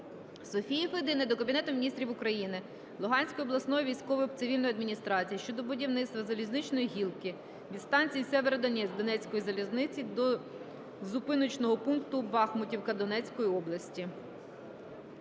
Софії Федини до Кабінету Міністрів України, Луганської обласної військово-цивільної адміністрації щодо будівництва залізничної гілки від станції Сєвєродонецьк Донецької залізниці до зупиночного пункту Бахмутівка Донецької залізниці.